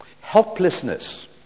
Helplessness